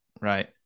right